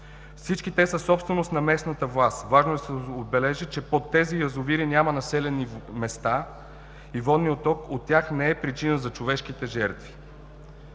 Всички те са собственост на местната власт. Важно е да се отбележи, че под тези язовири няма населени места и водният отток от тях не е причина за човешките жертви.